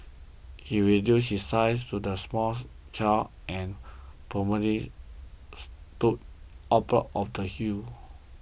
he reduced his size to that of a small child and promptly stood of the hills